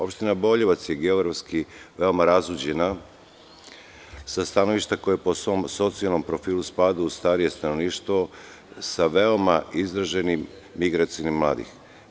Opština Boljevac je geografski veoma razuđena sa stanovišta koje po svom socijalnom profilu spada u starije stanovništvo, sa veoma izraženom migracijom mladih.